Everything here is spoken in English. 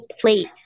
plate